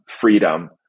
freedom